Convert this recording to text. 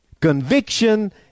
Conviction